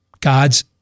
God's